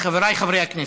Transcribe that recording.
חבריי חברי הכנסת,